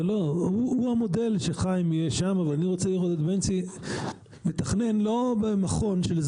הוא המודל שחי שם ואני רוצה לראות את בנצי מתכנן לא במכון,